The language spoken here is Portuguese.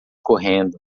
correndo